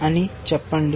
అని చెప్పండి